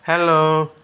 hello